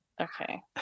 okay